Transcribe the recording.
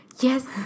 yes